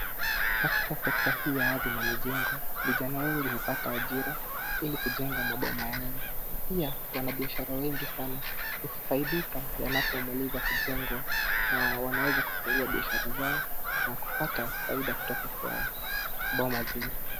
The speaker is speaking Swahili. Katika sekta hii ya ardhi na majengo vijana wengi hupata ajira ili kujenga maboma yao. Pia wanabiashara wengi sana hufaidika wanapomaliza kujengwa na wanaweza kufungua biashara zao na kupata faida kutoka kwa boma zile.